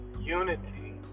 unity